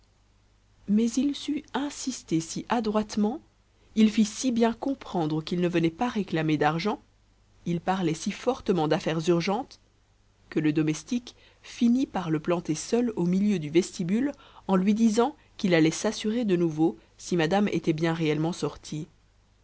mais il sut insister si adroitement il fit si bien comprendre qu'il ne venait pas réclamer d'argent il parlait si fortement d'affaires urgentes que le domestique finit par le planter seul au milieu du vestibule en lui disant qu'il allait s'assurer de nouveau si madame était bien réellement sortie